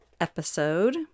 episode